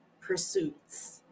pursuits